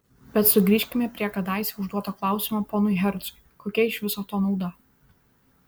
bet sugrįžkime prie kadaise užduoto klausimo ponui hercui kokia iš viso to nauda